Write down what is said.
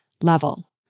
level